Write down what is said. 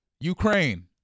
Ukraine